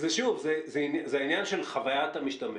זה העניין של חווית המשתמש.